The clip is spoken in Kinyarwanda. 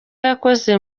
yakoze